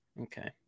Okay